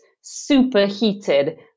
superheated